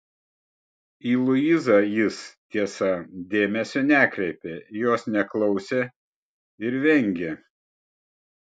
į luizą jis tiesa dėmesio nekreipė jos neklausė ir vengė